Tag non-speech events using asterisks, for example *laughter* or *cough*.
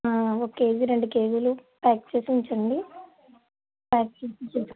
ఒక కేజీ రెండు కేజీలు ప్యాక్ చేసి ఉంచండి ప్యాక్ చేసి *unintelligible*